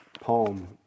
poem